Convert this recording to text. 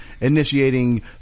initiating